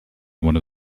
one